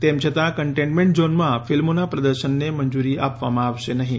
તેમ છતાં કન્ટેન્ટ ઝોનમાં ફિલ્મોના પ્રદર્શનને મંજૂરી આપવામાં આવશે નહીં